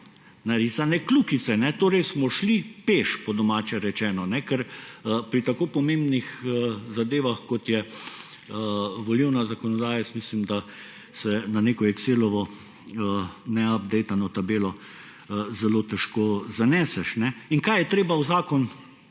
narisane kljukice. Torej smo šli peš, po domače rečeno, ker pri tako pomembnih zadevah, kot je volilna zakonodaja, mislim, da se na neko excelovo neupdatano tabelo zelo težko zaneseš. In kaj je treba v zakon vnesti?